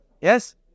Yes